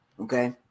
Okay